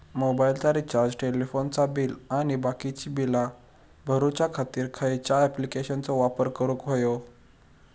मोबाईलाचा रिचार्ज टेलिफोनाचा बिल आणि बाकीची बिला भरूच्या खातीर खयच्या ॲप्लिकेशनाचो वापर करूक होयो?